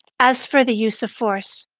as for the use of force,